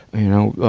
you know,